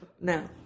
No